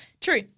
True